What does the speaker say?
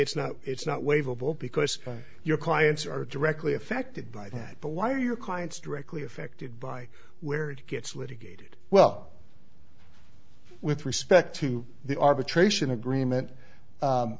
it's not it's not wave a ball because your clients are directly affected by that but why are your clients directly affected by where it gets litigated well with respect to the arbitration